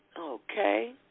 Okay